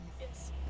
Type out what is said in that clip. Yes